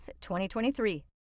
2023